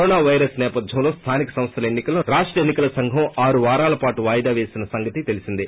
corona virus నేపథ్వంలో స్తానిక సంస్థలు ఎన్ని కలను రాష్ట ఎన్ని కల సంఘం ఆరు వారాల పాటు వాయిదా పేసీన సంగతి తెలిసిందే